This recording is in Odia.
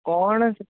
କ'ଣ ଯେ